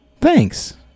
Thanks